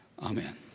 Amen